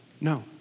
No